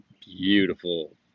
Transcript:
beautiful